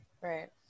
Right